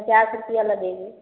पचास रुपया लगेंगे